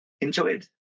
enjoyed